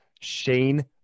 Shane